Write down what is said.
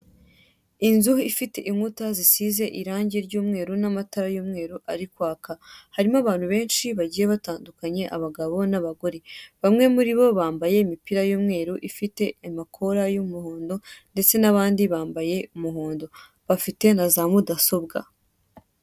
Inzu ifite inkuta zisize irangi ry'umweru n'amatara y'umweru ari kwaka. Harimo abantu benshi bagiye batandukanye, abagabo n'abagore. Bamwe muri bo bambaye imipira y'umweru ifite amakora y'umuhondo, ndetse n'abandi bambaye umuhondo. Bafite na za mudasobwa.